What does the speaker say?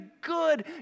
good